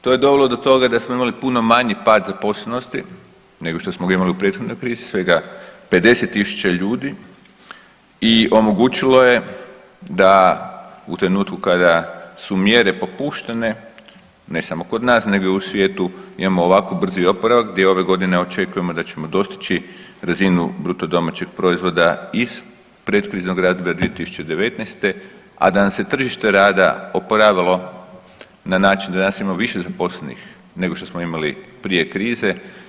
To je dovelo do toga da smo imali puno manji pad zaposlenosti nego što smo ga imali u prethodnoj krizi, svega 50.000 ljudi i omogućilo je da u trenutku kada su mjere popuštene, ne samo kod nas nego i u svijetu imamo ovako brzi oporavak gdje ove godine očekujemo da ćemo dostići razinu BDP-a iz predkriznog razdoblja 2019., a da nam se tržište rada oporavilo na način da danas ima više zaposlenih nego što smo imali prije krize.